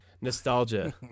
nostalgia